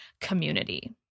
community